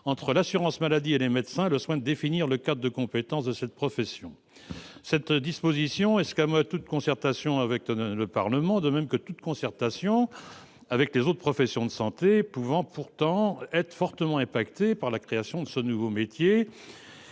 entre l'assurance maladie et les médecins le soin de définir le cadre de compétences de cette profession. Cette disposition escamote toute concertation avec le Parlement, ainsi que toute concertation avec les autres professions de santé qui peuvent pourtant être sérieusement affectées par la création de ce nouveau métier.